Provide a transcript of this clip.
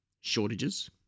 shortages